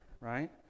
Right